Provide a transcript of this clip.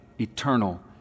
eternal